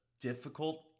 difficult